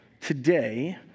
Today